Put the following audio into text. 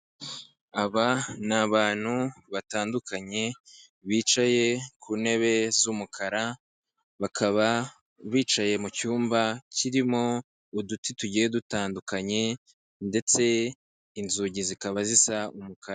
Aba ni abantu batandukanye bicaye ku ntebe z'umukara, bakaba bicaye mu cyumba kirimo uduti tugiye dutandukanye ndetse inzugi zikaba zisa umukara.